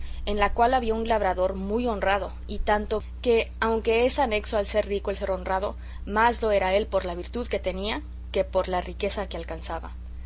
en la cual había un labrador muy honrado y tanto que aunque es anexo al ser rico el ser honrado más lo era él por la virtud que tenía que por la riqueza que alcanzaba